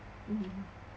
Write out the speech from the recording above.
mm